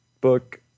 book